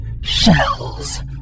shells